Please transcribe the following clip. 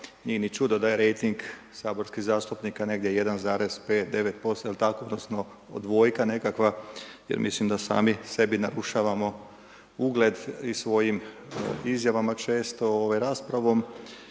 nije ni čudno da je rejting saborskih zastupnika negdje 1,5 .../Govornik se ne razumije./... dvojka nekakva jer mislim da sami sebi narušavamo ugled i svojim izjavama često raspravom